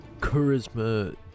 charisma